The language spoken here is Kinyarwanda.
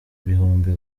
bihumbi